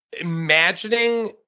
imagining